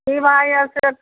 की भाव यऽ से